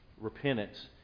Repentance